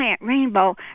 rainbow